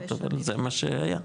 אבל זה מה שהיה.